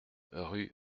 rue